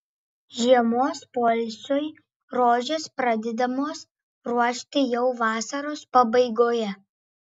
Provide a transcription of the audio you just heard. žiemos poilsiui rožės pradedamos ruošti jau vasaros pabaigoje